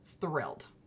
thrilled